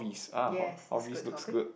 yes this good topic